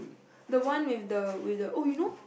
the one with the with the oh you know